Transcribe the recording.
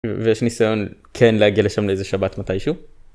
ויש ניסיון כן להגיע לשם לאיזה שבת מתישהו.